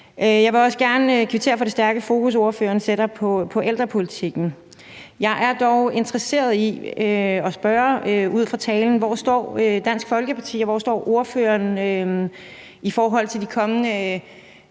Jeg vil også gerne kvittere for det stærke fokus, ordføreren sætter på ældrepolitikken. I forlængelse af talen er jeg dog interesseret i at spørge, hvor Dansk Folkeparti og ordføreren står i forhold til de kommende